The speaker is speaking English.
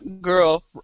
girl